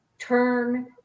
turn